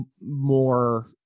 more